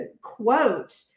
quote